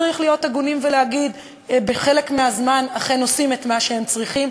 צריך להיות הגונים ולהגיד שבחלק מהזמן הם אכן עושים את מה שהם צריכים,